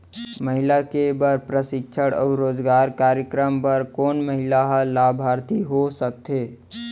महिला के बर प्रशिक्षण अऊ रोजगार कार्यक्रम बर कोन महिला ह लाभार्थी हो सकथे?